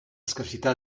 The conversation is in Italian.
scarsità